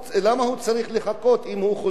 אם הוא חוזר והוא חלה,